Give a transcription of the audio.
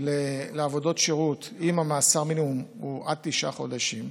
לעבודות שירות אם מאסר המינימום הוא עד תשעה חודשים,